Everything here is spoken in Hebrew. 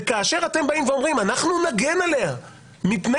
וכאשר אתם באים ואומרים: אנחנו נגן עליה מפני